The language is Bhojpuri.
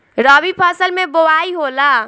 रबी फसल मे बोआई होला?